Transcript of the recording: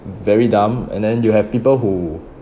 very dumb and then you have people who